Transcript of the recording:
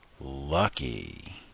lucky